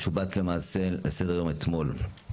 זה שובץ למעשה לסדר-היום אתמול,